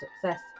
success